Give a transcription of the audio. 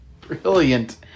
brilliant